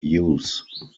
use